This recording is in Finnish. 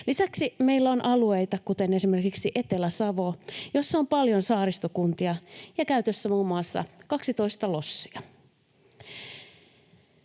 Lisäksi meillä on alueita, kuten esimerkiksi Etelä-Savo, jossa on paljon saaristokuntia ja käytössä muun muassa 12 lossia.